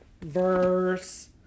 verse